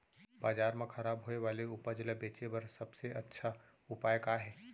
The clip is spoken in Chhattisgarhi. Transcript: बाजार मा खराब होय वाले उपज ला बेचे बर सबसे अच्छा उपाय का हे?